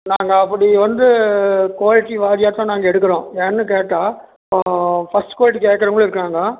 நாங்கள் அப்படி வந்து குவாலிட்டி வாரியாகதான் நாங்கள் எடுக்கிறோம் ஏன்னு கேட்டால் ஃபர்ஸ்ட் குவாலிட்டி கேட்கறவங்களும் இருக்காங்க